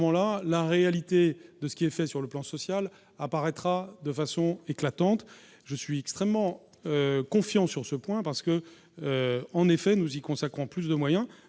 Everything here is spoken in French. la réalité de ce qui est fait sur le plan social apparaîtra de façon éclatante, je suis extrêmement confiant sur ce point parce que, en effet, nous y consacrons plus de moyens,